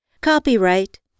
Copyright